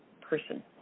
person